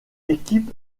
équipe